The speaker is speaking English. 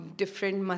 different